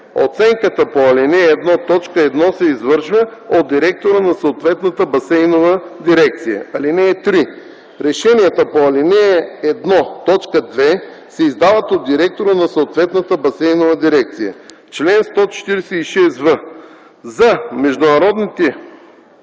Оценката по ал. 1, т. 1 се извършва от директора на съответната басейнова дирекция. (3) Решенията по ал. 1, т. 2 се издават от директора на съответната басейнова дирекция. Чл. 146в. За международните